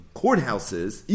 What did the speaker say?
courthouses